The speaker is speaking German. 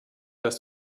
dass